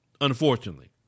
unfortunately